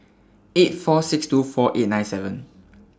eight four six two four eight nine seven